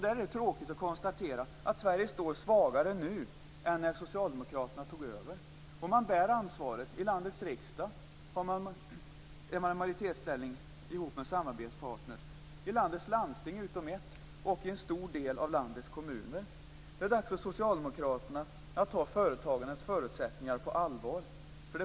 Det är tråkigt att behöva konstatera att Sverige står svagare nu än när socialdemokraterna tog över. Man bär ansvaret. I riksdagen är man i majoritetsställning ihop med samarbetspartner, i landstingen utom i ett och i en stor del av landets kommuner. Det är dags för socialdemokraterna att ta företagarnas förutsättningar på allvar.